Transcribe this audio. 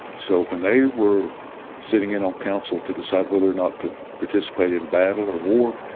so when they were sitting in on council to decide whether or not to participate in battle or war,